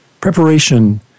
preparation